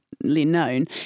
known